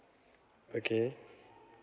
okay